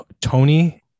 Tony